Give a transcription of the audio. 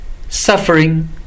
suffering